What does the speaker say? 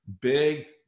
big